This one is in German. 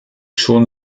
schon